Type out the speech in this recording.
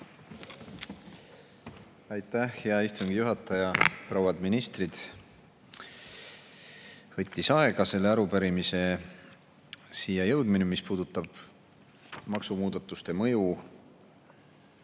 Aitäh, hea istungi juhataja! Prouad ministrid! Võttis aega selle arupärimise siia jõudmine, mis puudutab maksumuudatuste mõju